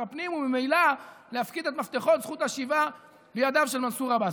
הפנים וממילא להפקיד את מפתחות זכות השיבה בידיו של מנסור עבאס.